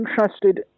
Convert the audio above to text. interested